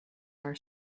our